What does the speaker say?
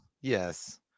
Yes